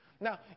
Now